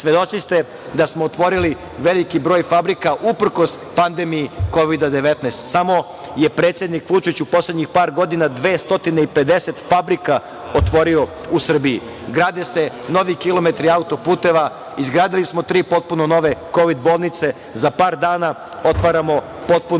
da smo otvorili veliki broj fabrika uprkos pandemiji Kovida 19. Samo je predsednik Vučić u poslednjih par godina 250 fabrika otvorio u Srbiji. Grade se novi kilometri autoputeva, izgradili smo tri potpuno nove Kovid bolnice. Za par dana otvaramo potpuno